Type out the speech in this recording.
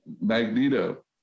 Magneto